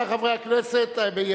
29 בעד, אין מתנגדים ואין